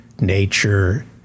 nature